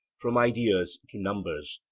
from ideas to numbers.